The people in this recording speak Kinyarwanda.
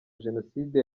jenoside